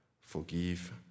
forgive